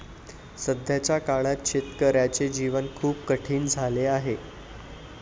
सध्याच्या काळात शेतकऱ्याचे जीवन खूप कठीण झाले आहे